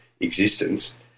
existence